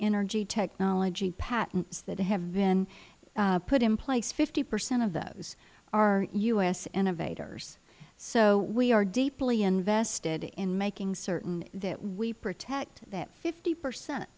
energy technology patents that have been put in place fifty percent of those are u s innovators so we are deeply invested in making certain that we protect that fifty percent